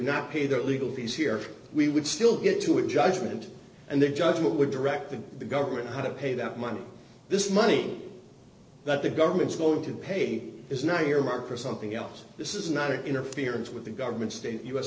not pay their legal fees here we would still get to a judgment and the judgment would direct to the government how to pay that money this money that the government's going to be paid is not your mark or something else this is not interference with the government state u s